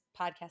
podcast